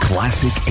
Classic